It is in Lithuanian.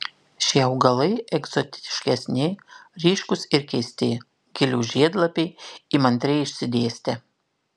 šie augalai egzotiškesni ryškūs ir keisti gėlių žiedlapiai įmantriai išsidėstę